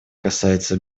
касается